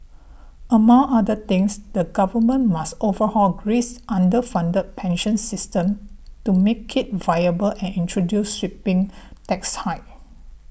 among other things the government must overhaul Greece's underfunded pension system to make it viable and introduce sweeping tax hikes